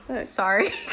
sorry